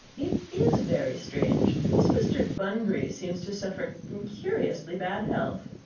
it is very strange. this mr. bunbury seems to suffer from curiously bad health.